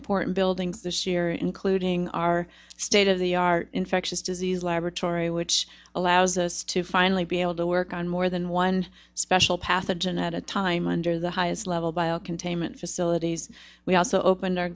important building this year including our state of the art infectious disease laboratory which allows us to finally be able to work on more than one special pathogen at a time under the highest level bio containment facilities we also opened our